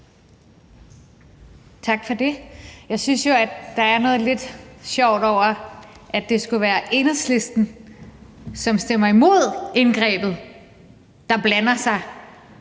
Tak for det. Jeg synes jo, der er noget lidt sjovt over, at det skulle være Enhedslisten – som stemmer imod indgrebet – der blander sig,